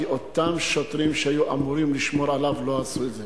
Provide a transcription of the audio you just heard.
כי אותם שוטרים שהיו אמורים לשמור עליו לא עשו את זה.